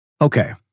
okay